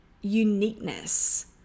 uniqueness